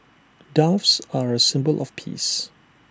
doves are A symbol of peace